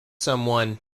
someone